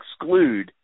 exclude